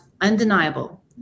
undeniable